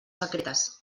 secretes